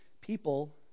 People